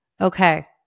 Okay